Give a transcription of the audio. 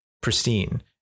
pristine